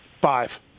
five